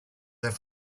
there